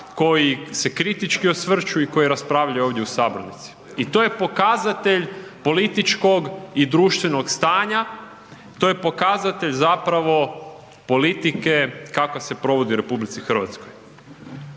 koji se kritički osvrću i koji raspravljaju ovdje u sabornici i to je pokazatelj političkog i društvenog stanja, to je pokazatelj zapravo politike kakva se provodi u RH. Građani